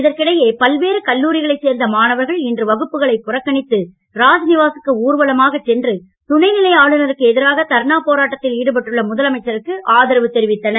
இதற்கிடையே பல்வேறு கல்லூரிகளைச் சேர்ந்த மாணவர்கள் இன்று வகுப்புகளைப் புறக்கணித்து ராஜ்நிவாசுக்கு ஊர்வலமாகச் சென்று துணைநிலை ஆளுநருக்கு எதிராக தர்ணா போராட்டத்தில் ஈடுபட்டுள்ள முதலமைச்சருக்கு ஆதரவு தெரிவித்தனர்